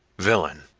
villain!